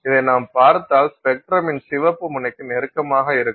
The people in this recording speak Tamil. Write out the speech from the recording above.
இதை நாம் பார்த்தால் ஸ்பெக்ட்ரமின் சிவப்பு முனைக்கு நெருக்கமாக இருக்கும்